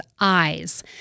eyes